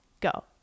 go